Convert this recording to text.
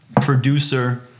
producer